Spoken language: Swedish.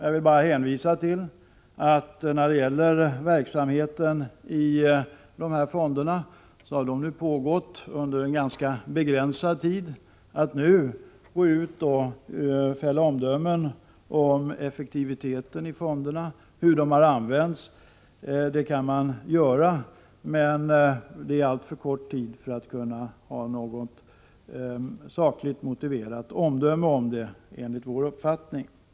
Jag vill bara hänvisa till att verksamheten i dessa fonder nu har pågått under en ganska begränsad tid. Att nu fälla omdömen om effektiviteten i fonderna, hur de har använts, det är något som man kan göra. Men det har enligt vår uppfattning gått alltför kort tid för att man skall kunna ha ett sakligt motiverat omdöme om detta.